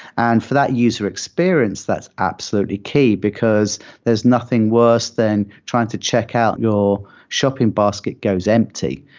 and for that user experience, that's absolutely key, because there's nothing worse than trying to check out your shopping basket goes empty.